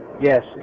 Yes